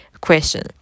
question